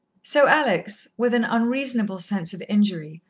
so alex, with an unreasonable sense of injury,